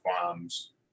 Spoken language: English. qualms